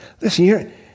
Listen